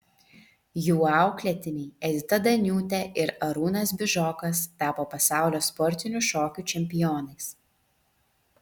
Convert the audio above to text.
jų auklėtiniai edita daniūtė ir arūnas bižokas tapo pasaulio sportinių šokių čempionais